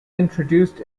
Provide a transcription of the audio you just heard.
introduced